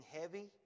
heavy